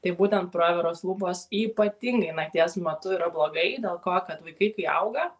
tai būtent praviros lūpos ypatingai nakties metu yra blogai dėl ko kad vaikai kai auga